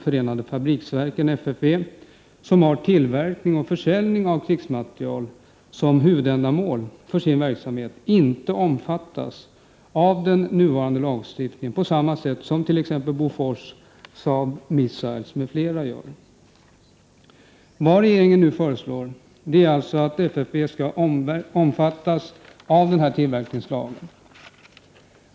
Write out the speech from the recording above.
Förenade fabriksverken, FFV, som har tillverkning och försäljning av krigsmateriel som huvudändamål för sin verksamhet, inte omfattas av den nuvarande lagstiftningen på samma sätt som t.ex. Bofors, Saab Missiles m.fl. Regeringen föreslår att FFV skall omfattas av denna tillverkningslag.